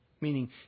Meaning